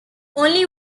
only